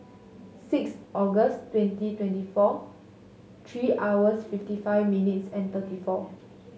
six August twenty twenty four three hours fifty five minutes and thirty four